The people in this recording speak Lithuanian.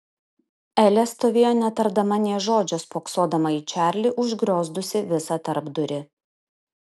elė stovėjo netardama nė žodžio spoksodama į čarlį užgriozdusį visą tarpdurį